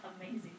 amazing